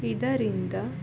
ಇದರಿಂದ